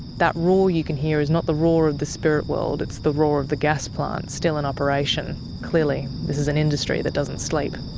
that roar you can hear is not the roar of the spirit world, it's the roar of the gas plant still in operation. clearly, this is an industry that doesn't sleep.